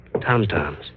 tom-toms